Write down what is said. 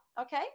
Okay